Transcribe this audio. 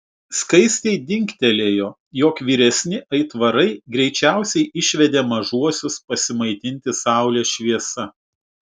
skaistei dingtelėjo jog vyresni aitvarai greičiausiai išvedė mažuosius pasimaitinti saulės šviesa